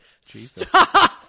stop